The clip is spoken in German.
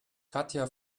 katja